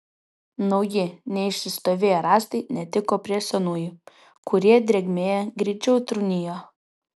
nauji neišsistovėję rąstai netiko prie senųjų kurie drėgmėje greičiau trūnijo